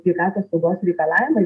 sveikatos saugos reikalavimai